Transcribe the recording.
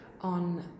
on